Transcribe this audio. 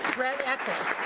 brett eckles.